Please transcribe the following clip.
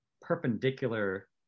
perpendicular